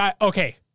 Okay